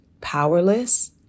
powerless